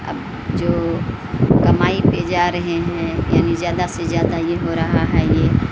اب جو کمائی پہ جا رہے ہیں یعنی زیادہ سے زیادہ یہ ہو رہا ہے یہ